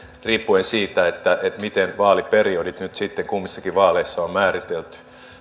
riippuen siitä miten vaaliperiodit nyt sitten kummissakin vaaleissa on määritelty